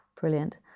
Brilliant